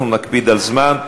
אנחנו נקפיד על הזמן.